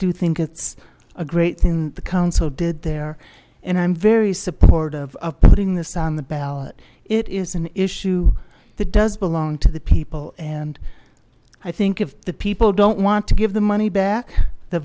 do think it's a great thing the council did there and i'm very supportive of putting this on the ballot it is an issue that does belong to the people and i think if the people don't want to give the money back the